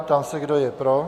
Ptám se, kdo je pro.